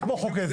זה כמו חוק עזר.